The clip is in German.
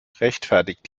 rechtfertigt